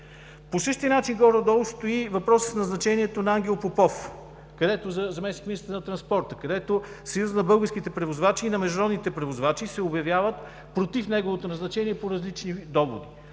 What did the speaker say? По същия начин горе-долу стои и въпросът с назначението на Ангел Попов – заместник-министър на транспорта. Съюзите на българските и на международните превозвачи се обявяват против неговото назначение с различни доводи.